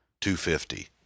Two-fifty